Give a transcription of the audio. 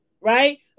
right